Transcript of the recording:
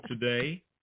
today